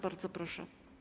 Bardzo proszę.